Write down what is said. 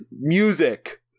music